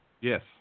Yes